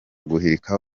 guhirika